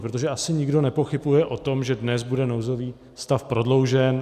Protože asi nikdo nepochybuje o tom, že dnes bude nouzový stav prodloužen.